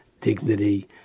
dignity